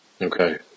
Okay